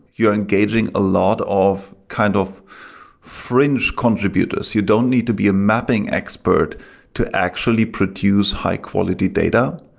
you're engaging a lot of kind of fringe contributors. you don't need to be a mapping expert to actually produce high-quality data.